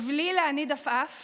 ובלי להניד עפעף